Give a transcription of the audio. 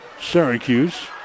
Syracuse